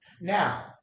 Now